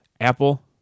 apple